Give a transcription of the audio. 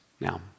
Now